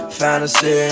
fantasy